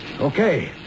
Okay